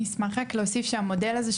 אני אשמח רק להוסיף שהמודל הזה,